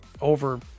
over